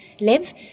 live